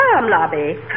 lobby